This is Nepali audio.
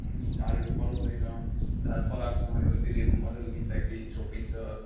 झारहरू पलाउँदैन झार पलाएको छ भने पनि त्यसले मजाले लिप्दाखेरि छोपिन्छ